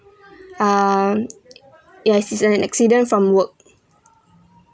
um yes it's an accident from work